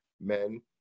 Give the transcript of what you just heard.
men